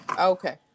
Okay